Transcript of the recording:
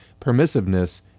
Permissiveness